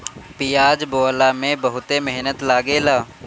पियाज बोअला में बहुते मेहनत लागेला